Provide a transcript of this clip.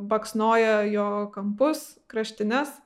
baksnoja jo kampus kraštines